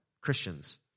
Christians